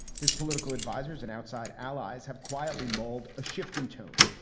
his political advisers and outside allies have quietly mould a shift in tone.